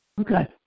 Okay